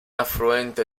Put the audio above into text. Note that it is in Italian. affluente